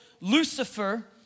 Lucifer